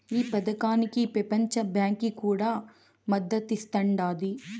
ఈ పదకానికి పెపంచ బాంకీ కూడా మద్దతిస్తాండాది